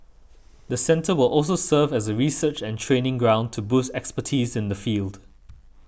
the centre will also serve as a research and training ground to boost expertise in the field